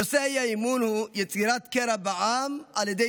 נושא האי-אמון הוא יצירת קרע בעם על ידי